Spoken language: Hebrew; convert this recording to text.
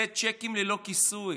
זה צ'קים ללא כיסוי.